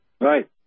Right